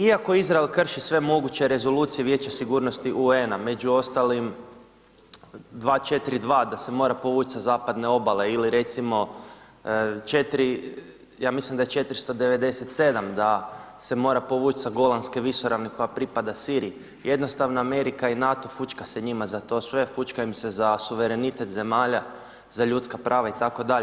I iako Izrael krši sve moguće rezolucije Vijeća sigurnosti UN-a među ostalim 242 da se mora povuć sa zapadne obale ili recimo 4 ja mislim da je 497 da se mora povuć sa Golanske visoravni koja pripada Siriji, jednostavno Amerika i NATO fućka se njima za to sve, fućka im se za suverenitet zemalja, za ljudska prava itd.